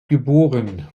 geboren